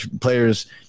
players